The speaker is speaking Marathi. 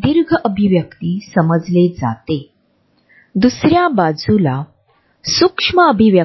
भाषिक रचनात्मकतेच्या सिद्धांताशी त्यांनी आपल्या संशोधनाचे संबंध देखील